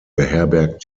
beherbergt